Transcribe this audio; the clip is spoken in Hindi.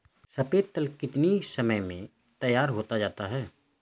सफेद तिल कितनी समय में तैयार होता जाता है?